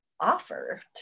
offer